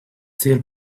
still